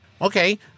Okay